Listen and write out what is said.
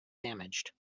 damaged